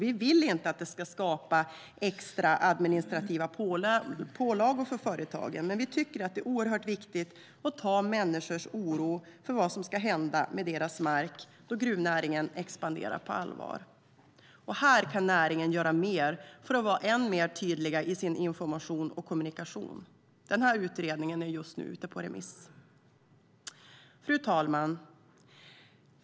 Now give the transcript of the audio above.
Vi vill inte att det skapas extra administrativa pålagor för företagen, men vi tycker att det är oerhört viktigt att ta människors oro för vad som ska hända med deras mark när gruvnäringen expanderar på allvar. Här kan näringen göra mer för att vara ännu tydligare i sin information och kommunikationen. Utredningen är ute på remiss. Fru talman!